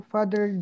Father